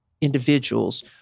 individuals